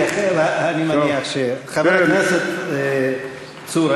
חבר הכנסת צור,